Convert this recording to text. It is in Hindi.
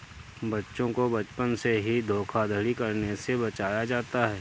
बच्चों को बचपन से ही धोखाधड़ी करने से बचाया जाता है